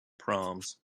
proms